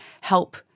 help